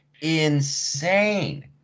insane